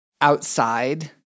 outside